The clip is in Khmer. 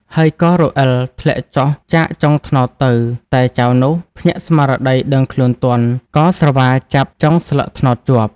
ហើយក៏រអិលធ្លាក់ចុះចាកចុងត្នោតទៅ តែចៅនោះ ភ្ញាក់ស្មារតីដឹងខ្លួនទាន់ ក៏ស្រវាចាប់ចុងស្លឹកត្នោតជាប់។"